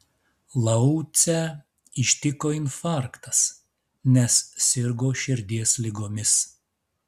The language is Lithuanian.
laucę ištiko infarktas nes sirgo širdies ligomis